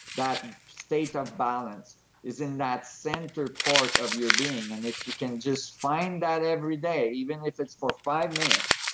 that state of balance is in that center part of your being and if you can just find that every day even if it's for five minutes,